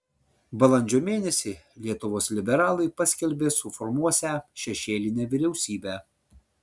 balandžio mėnesį lietuvos liberalai paskelbė suformuosią šešėlinę vyriausybę